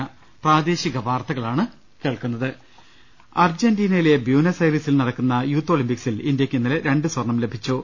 ്് അർജന്റീനയിലെ ബ്യൂനസ് ഐറിസിൽ നടക്കുന്ന യൂത്ത് ഒളിമ്പിക്സിൽ ഇന്ത്യക്ക് ഇന്നലെ രണ്ട് സ്വർണ്ണം ലഭിച്ചു